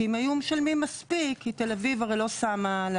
כי אם היו משלמים מספיק, כי תל אביב הרי לא שמה על